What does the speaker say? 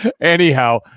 Anyhow